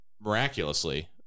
miraculously